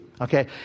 Okay